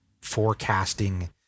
forecasting